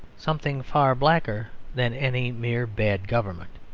something far blacker than any mere bad government.